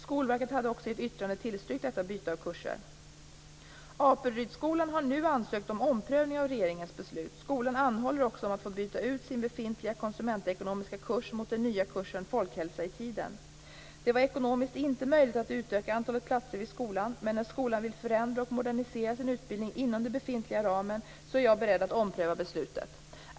Skolverket hade också i ett yttrande tillstyrkt detta byte av kurser. Apelrydsskolan har nu ansökt om omprövning av regeringens beslut. Skolan anhåller också om att få byta ut sin befintliga konsumentekonomiska kurs mot den nya kursen Folkhälsa i tiden. Det har inte varit ekonomiskt möjligt att utöka antalet platser vid skolan, men när skolan vill förändra och modernisera sin utbildning inom den befintliga ramen är jag beredd att ompröva beslutet.